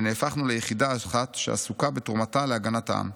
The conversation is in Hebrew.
ונהפכנו ליחידה אחת שעסוקה בתרומתה להגנת העם.